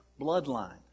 bloodline